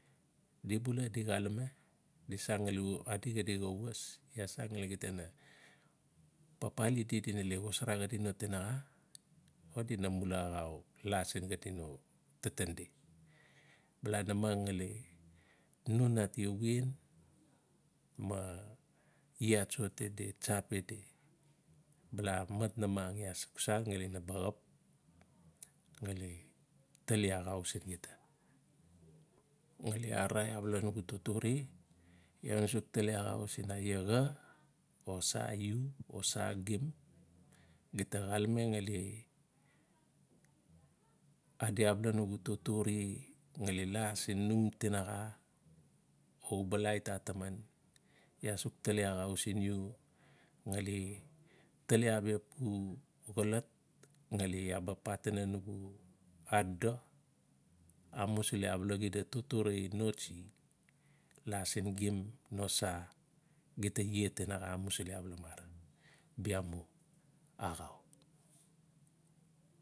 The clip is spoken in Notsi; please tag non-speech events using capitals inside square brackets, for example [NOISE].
Di bula di xalame di san ngali [UNINTELLIGIBLE] adi xadi xa was. iaa san ngali gita na papali di na le xosara xadi no tinaxa o di na mula axau la siin no taten di. Bala namang ngali nun atia wien ma le atsiti di, tsapi di, bala mat namang iaa san ngali naba xap ngali ta. i axau siin gita. Nali ararai abala nugu totore, iaa we na suk tali axau sin aia xa o sa gim, gita xalame ngali adi abala nugu totore ngali la siin no untinaxa uba la ita taman, ia suk tali axau siin iy ngali tali abia pu xolot ngali iaa ba patinai nugu adodo, amusili abala xida totore notsi.